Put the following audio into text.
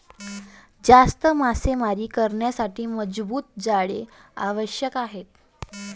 जास्त मासेमारी करण्यासाठी मजबूत जाळी आवश्यक आहे